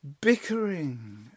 bickering